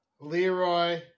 Leroy